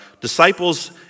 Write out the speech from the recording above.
Disciples